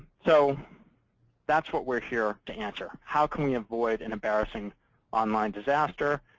so that's what we're here to answer. how can we avoid an embarrassing online disaster?